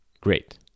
Great